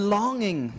longing